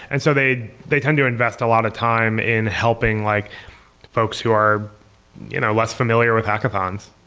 and so they they tend to invest a lot of time in helping like folks who are you know less familiar with hackathons